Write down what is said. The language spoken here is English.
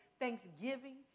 thanksgiving